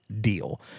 deal